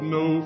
no